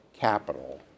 capital